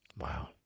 Wow